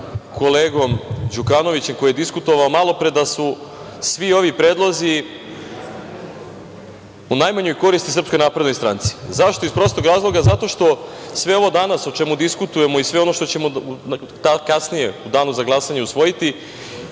kolegom Đukanovićem koji je diskutovao malopre, da su svi ovi predlozi u najmanjoj koristi SNS. Zašto? Iz prostog razloga zato što sve ovo danas o čemu diskutujemo i sve ono što ćemo kasnije u danu za glasanje usvojiti